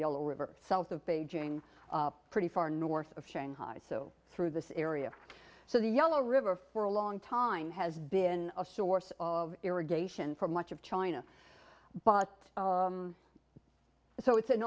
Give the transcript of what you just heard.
yellow river south of beijing pretty far north of shanghai so through this area so the yellow river for a long time has been a source of irrigation for much of china but so it's an